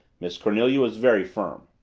miss cornelia was very firm.